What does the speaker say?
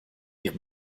ihrem